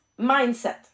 mindset